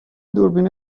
دوربین